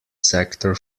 sector